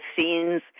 scenes